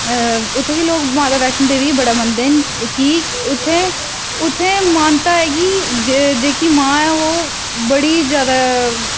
उत्थे कि लोक माता बैश्णो देवी गी बड़ा मन्नदे न कि उत्थें उत्थें मानता ऐ कि जेह्की मां ऐ ओह् बड़ी ज्यादा